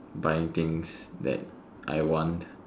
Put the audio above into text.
buying things that I want